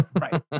Right